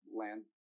land